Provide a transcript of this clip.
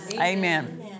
Amen